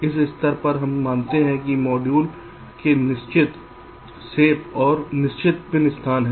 इस स्तर पर हम मानते हैं कि मॉड्यूल के निश्चित शेप और निश्चित पिन स्थान हैं